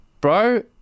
bro